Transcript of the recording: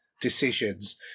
decisions